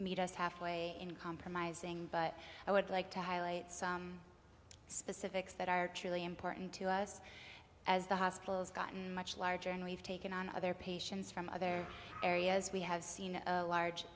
meet us halfway in compromising but i would like to highlight some specifics that are truly important to us as the hospitals gotten much larger and we've taken on other patients from other areas we have seen a large